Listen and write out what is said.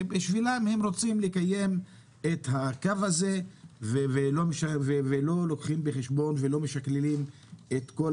הן רוצות לקיים את הקו הזה והן לא לוקחות בחשבון ולא משקללות את כל